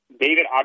David